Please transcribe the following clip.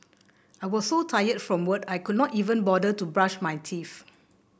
I was so tired from work I could not even bother to brush my teeth